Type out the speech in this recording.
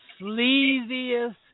sleaziest